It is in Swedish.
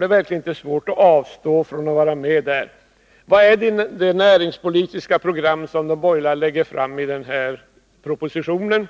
Det är verkligen inte svårt att avstå från detta. Vad är det för ett regionalpolitiskt program som de borgerliga lägger fram i propositionen?